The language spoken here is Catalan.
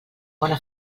bona